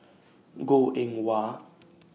Goh Eng Wah